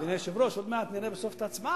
אדוני היושב-ראש, עוד מעט נראה בסוף את ההצבעה.